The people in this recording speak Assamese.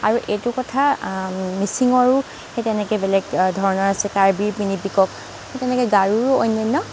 আৰু এইটো কথা মিচিঙৰো সেই তেনেকৈ বেলেগ ধৰণৰ আছে কাৰ্বিৰ পিনি পিকক সেই তেনেকৈ গাৰোৰো অনান্য